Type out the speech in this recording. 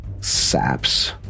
saps